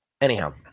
anyhow